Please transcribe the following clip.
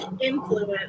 influence